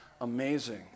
amazing